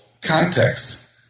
context